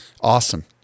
Awesome